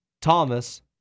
Thomas